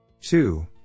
Two